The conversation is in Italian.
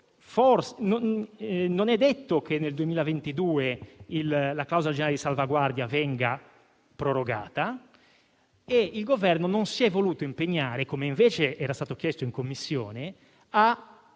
Non è detto che nel 2022 la clausola generale di salvaguardia venga prorogata e il Governo non si è voluto impegnare, come invece era stato chiesto in Commissione, a portare